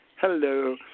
Hello